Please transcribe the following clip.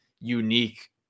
unique